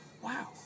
Wow